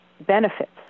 benefits